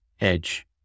edge